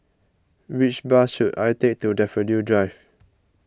which bus should I take to Daffodil Drive